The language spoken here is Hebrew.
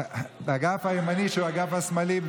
האגף הימני שהוא האגף השמאלי.